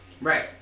right